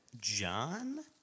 John